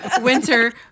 Winter